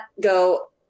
go